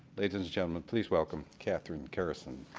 ladies and gentlemen, please welcome catherine kerrison.